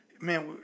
man